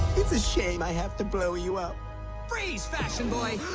it's a shame. i have to blow you up phrase fashion boy